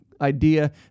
idea